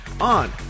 on